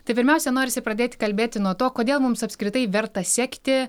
tai pirmiausia norisi pradėti kalbėti nuo to kodėl mums apskritai verta sekti